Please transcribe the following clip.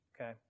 okay